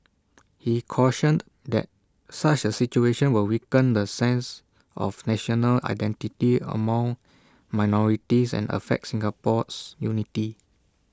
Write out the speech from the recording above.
he cautioned that such A situation will weaken the sense of national identity among minorities and affect Singapore's unity